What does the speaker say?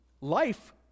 life